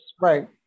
right